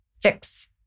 fix